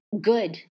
good